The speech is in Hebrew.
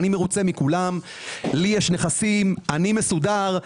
אני מרוצה מכולם, יש לי נכסים ואני מסודר.